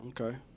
okay